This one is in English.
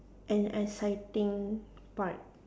an exciting part